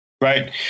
right